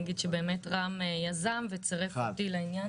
שבאמת רם שפע יזם וצרף אותי לעניין הזה.